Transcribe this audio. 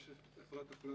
יש את אפרת אפללו.